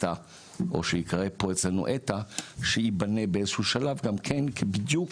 או שנקרא אצלנו ETA שיבנה באיזשהו שלב גם כן כי בדיוק